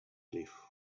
cliff